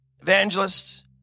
evangelists